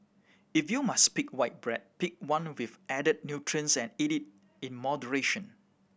if you must pick white bread pick one with added nutrients and eat it in moderation